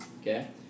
okay